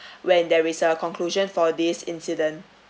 when there is a conclusion for this incident